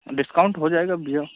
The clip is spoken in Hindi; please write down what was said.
डिस्काउंट हो जाएगा भैया